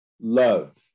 love